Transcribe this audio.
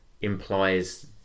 implies